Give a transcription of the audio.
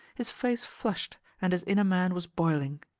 his face flushed and his inner man was boiling.